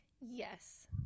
Yes